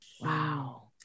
Wow